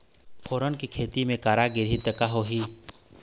फोरन के खेती म करा गिरही त का होही?